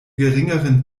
geringeren